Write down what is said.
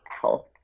health